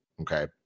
okay